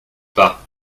pas